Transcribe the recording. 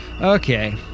okay